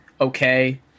okay